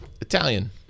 Italian